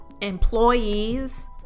employees